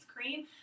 cream